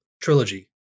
trilogy